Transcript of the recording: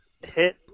hit